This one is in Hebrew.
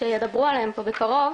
שידברו עליהם פה בקרוב,